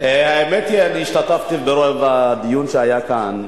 האמת היא שאני השתתפתי ברוב הדיון שהיה כאן.